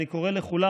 אני קורא לכולם,